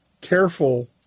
careful